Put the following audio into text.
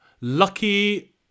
Lucky